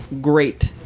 great